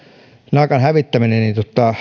naakan hävittäminen